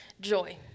joy